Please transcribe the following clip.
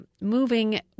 moving